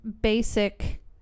basic